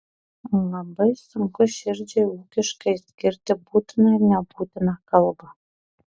labai sunku širdžiai ūkiškai skirti būtiną ir nebūtiną kalbą